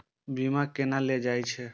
बीमा केना ले जाए छे?